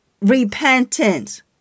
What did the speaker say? repentance